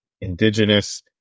indigenous